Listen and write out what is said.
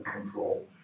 control